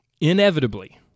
Inevitably